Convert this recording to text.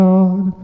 God